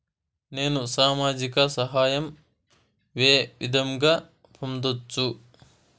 నేను సామాజిక సహాయం వే విధంగా పొందొచ్చు?